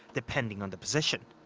depending on the position.